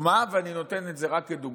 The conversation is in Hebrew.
לדוגמה, ואני נותן את זה רק כדוגמה,